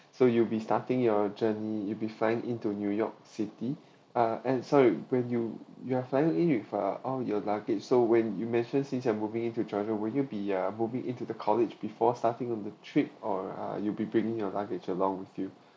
so you'll be starting your journey you'll be flying into new york city ah and so when you you are flying in with uh all your luggage so when you mention since you are moving into chicago will you be uh moving into the college before starting on the trip or uh you'll be bringing your luggage along with you